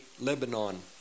Lebanon